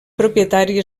propietari